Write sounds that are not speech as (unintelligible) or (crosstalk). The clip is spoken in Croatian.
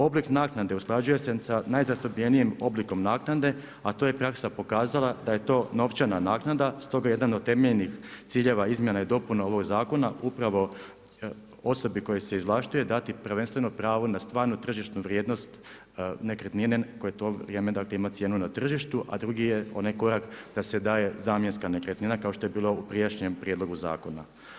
Oblik naknade usklađuje se sa najzastupljenijem oblikom naknade, a to je praksa pokazala da je to novčana naknada, stoga jedan od temeljnih ciljeva izmjena i dopuna ovog zakona upravo osobi koja se izvlašćuje dati prvenstveno pravo na stvarnu tržišnu vrijednost nekretnine koje to … (unintelligible) cijenu na tržištu, a drugi je onaj korak da se daje zamjenska nekretnina, kao što je bila u prijašnjem prijedlogu zakona.